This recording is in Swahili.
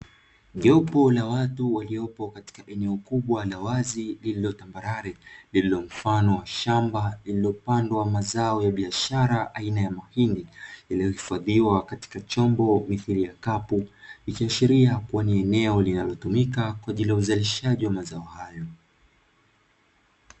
Jopo la watu waliopo katika eneo kubwa la wazi lililotambarare, lililo mfano wa shamba lililopandwa mazao ya biashara aina ya mahindi yaliyohifadhiwa katika chombo mithili ya kapu, ikiashiria kuwa ni eneo linalotumika kwa ajili ya uzalishaji wa mazao hayo.